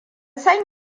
san